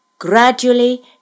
Gradually